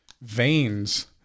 veins